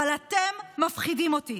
אבל אתם מפחידים אותי.